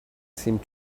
seemed